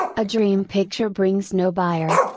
a dream picture brings no buyer,